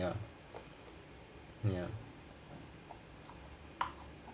ya ya